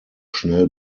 schnell